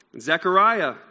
Zechariah